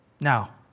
Now